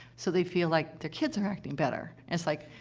so they feel like their kids are acting better. it's like,